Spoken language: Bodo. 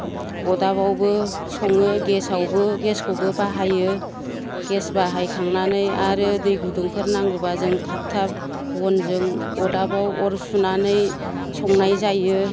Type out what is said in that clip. अरदाबावबो सङो गेसावबो गेसखौबो बाहायो गेस बाहायखांनानै आरो दै गुदुंफोर नांगौबा जों थाब थाब बनजों अरदाबाव अर सुनानै संनाय जायो